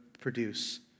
produce